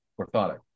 orthotic